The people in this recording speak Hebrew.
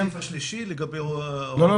הסעיף השלישי לגבי --- לא,